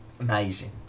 Amazing